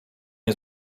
nie